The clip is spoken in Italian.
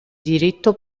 diritto